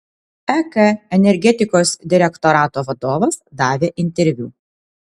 ek energetikos direktorato vadovas davė interviu